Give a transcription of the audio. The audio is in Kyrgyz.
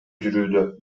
жүрүүдө